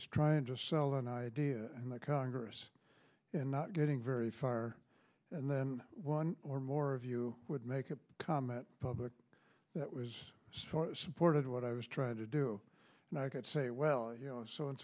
is trying to sell an idea in the congress and not getting very far and then one or more of you would make a comment public that was supported what i was trying to do and i could say well you know so and